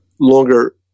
longer